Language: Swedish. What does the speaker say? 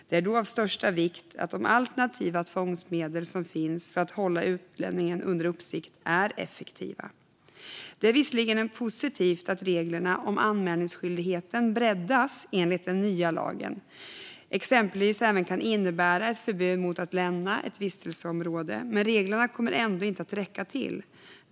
Det är då av största vikt att de alternativa tvångsmedel som finns för att hålla utlänningen under uppsikt är effektiva. Det är visserligen positivt att reglerna om anmälningsskyldighet breddas enligt den nya lagen - det kan exempelvis även innebära ett förbud mot att lämna ett vistelseområde. Men reglerna kommer ändå inte att räcka till.